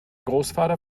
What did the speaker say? großvater